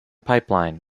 pipeline